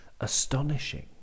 astonishing